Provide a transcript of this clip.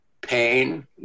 pain